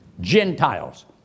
Gentiles